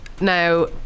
Now